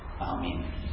Amen